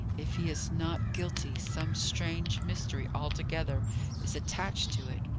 if he is not guilty, some strange mystery altogether is attached to it.